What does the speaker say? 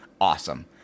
awesome